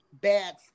bad